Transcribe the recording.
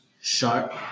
sharp